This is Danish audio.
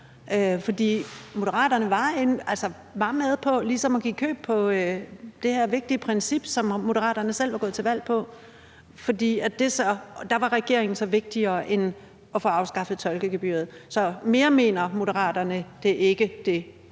Moderaterne var med på ligesom at give køb på det her vigtige princip, som Moderaterne selv var gået til valg på. Der var det så vigtigere at være i regering end at få afskaffet tolkegebyret. Så mere mener Moderaterne heller ikke, at det